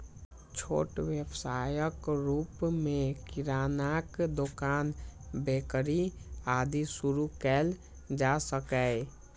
छोट व्यवसायक रूप मे किरानाक दोकान, बेकरी, आदि शुरू कैल जा सकैए